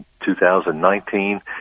2019